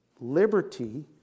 liberty